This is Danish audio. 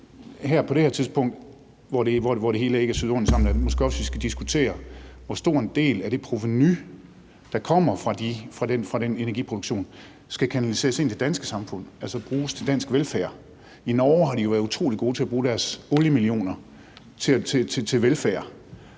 på det her tidspunkt, hvor det hele ikke er syet ordentligt sammen, skal vi måske også diskutere, hvor stor en del af det provenu, der kommer fra den energiproduktion, der skal kanaliseres ind i det danske samfund, altså bruges til dansk velfærd. I Norge har de været utrolig gode til at bruge deres oliemillioner til velfærd.